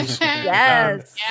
Yes